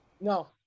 No